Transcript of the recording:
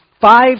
five